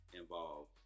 involved